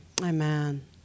Amen